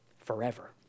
forever